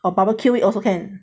or barbecue it also can